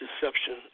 deception